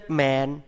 man